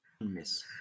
Miss